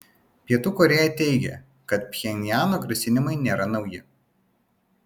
pietų korėja teigia kad pchenjano grasinimai nėra nauji